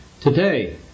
Today